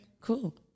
Cool